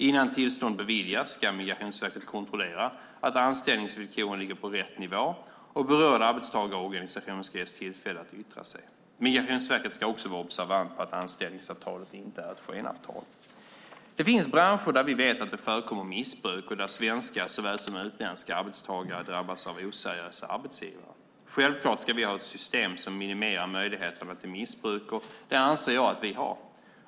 Innan tillstånd beviljas ska Migrationsverket kontrollera att anställningsvillkoren ligger på rätt nivå, och berörd arbetstagarorganisation ska ges tillfälle att yttra sig. Migrationsverket ska också vara observant på att anställningsavtalet inte är ett skenavtal. Det finns branscher där vi vet att det förekommer missbruk och där svenska såväl som utländska arbetstagare drabbas av oseriösa arbetsgivare. Självklart ska vi ha ett system som minimerar möjligheterna till missbruk, och det anser jag att vi har.